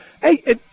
Hey